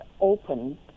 open